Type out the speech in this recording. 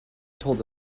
told